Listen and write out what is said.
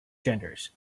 genders